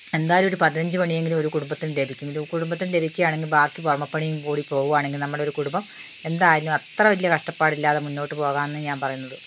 എന്തായാലും ഒരു പതിനഞ്ച് പണിയെങ്കിലും ഒരു കുടുംബത്തിനു ലഭിക്കും ഒരു കുടുംബത്തിന് ലഭിക്കുകയാണെങ്കിൽ ബാക്കി പുറമെപ്പണിയും കൂടിപ്പോവുകയാണെങ്കിൽ നമ്മളെ ഒരു കുടുംബം എന്തായാലും അത്ര വലിയ കഷ്ടപ്പാടില്ലാതെ മുന്നോട്ട് പോവാം എന്നു ഞാൻ പറയുന്നത്